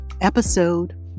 episode